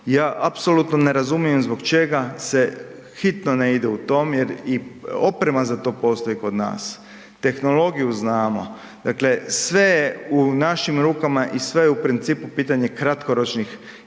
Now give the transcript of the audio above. Ja apsolutno ne razumijem zbog čega se hitno ne ide u to jer i oprema postoji za to kod nas, tehnologiju znamo, dakle sve je u našim rukama i sve je u principu pitanje kratkoročnih